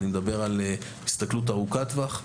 אני מדבר על הסתכלות ארוכת טווח,